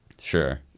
Sure